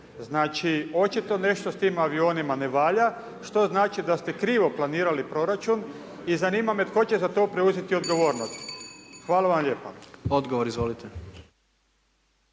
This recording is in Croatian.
Znači očito nešto s tim avionima ne valja, što znači da ste krivo planirali proračun i zanima me tko će za to preuzeti odgovornost. Hvala vam lijepo. **Jandroković,